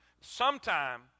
sometime